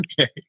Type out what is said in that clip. Okay